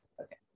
Okay